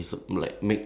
ya